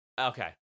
Okay